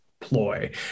ploy